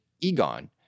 Egon